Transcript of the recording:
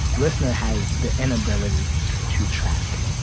lisnr has the inability to track.